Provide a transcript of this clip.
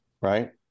right